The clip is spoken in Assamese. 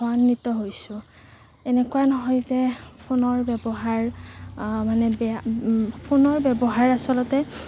লাভান্বিত হৈছোঁ এনেকুৱা নহয় যে ফোনৰ ব্যৱহাৰ মানে বেয়া ফোনৰ ব্যৱহাৰ আচলতে